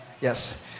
yes